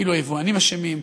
כאילו היבואנים אשמים,